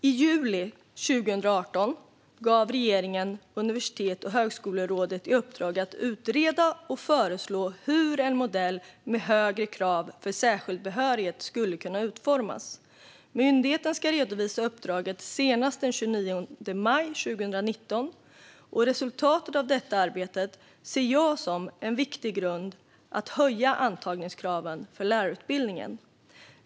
I juli 2018 gav regeringen Universitets och högskolerådet i uppdrag att utreda och föreslå hur en modell med högre krav för särskild behörighet skulle kunna utformas. Myndigheten ska redovisa uppdraget senast den 29 maj 2019. Resultatet av detta arbete ser jag som en viktig grund för att höja antagningskraven till lärarutbildningen.